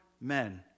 men